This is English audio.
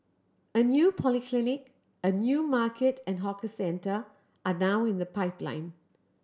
a new polyclinic a new market and hawker centre are now in the pipeline